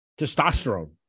testosterone